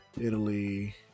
Italy